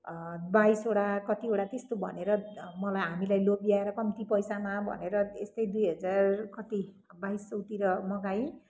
बाइसवटा कतिवटा त्यस्तो भनेर मलाई हामीलाई लोभ्याएर कम्ती पैसामा भनेर यस्तै दुई हजार कति बाइस सौतिर मगाएँ